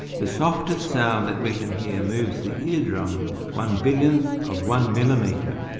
the softest sound that we can hear moves the ear drum one billionth of one millimetre,